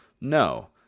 No